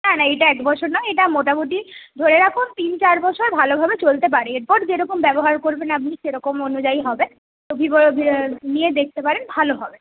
না না এটা এক বছর না এটা মোটামুটি ধরে রাখুন তিন চার বছর ভালোভাবে চলতে পারে এরপর যে রকম ব্যবহার করবেন আপনি সে রকম অনুযায়ী হবে ভিভো নিয়ে দেখতে পারেন ভালো হবে